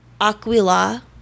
aquila